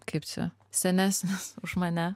kaip čia senesnis už mane